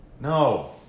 No